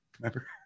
Remember